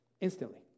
instantly